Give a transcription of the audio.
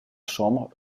chambre